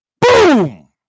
boom